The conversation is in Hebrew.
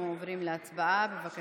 אני לא רוצה להתבטא במילים שאתה כרגע מתבטא.